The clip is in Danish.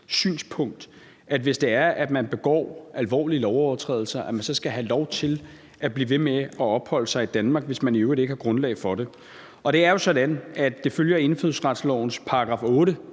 synspunkt, at man, hvis man begår alvorlige lovovertrædelser, så skal have lov til at blive ved med at opholde sig i Danmark, hvis man i øvrigt ikke har grundlag for det. Det er jo sådan, at det følger af indfødsretslovens § 8